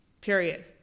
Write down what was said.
Period